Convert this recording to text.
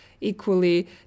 equally